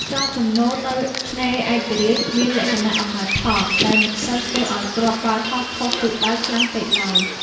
ខ្យល់ជំនោរនៅឆ្នេរឯករាជ្យមានលក្ខណៈអំណោយផល ដែលមិនសូវធ្វើឱ្យគ្រាប់បាល់ហោះខុសទិសដៅខ្លាំងពេកឡើយ។